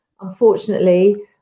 unfortunately